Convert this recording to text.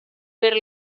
per